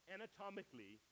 Anatomically